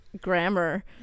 grammar